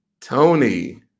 Tony